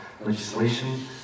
legislation